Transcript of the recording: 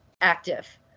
active